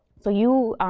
so you,